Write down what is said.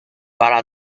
para